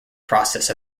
process